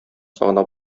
сагына